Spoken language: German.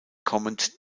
kommend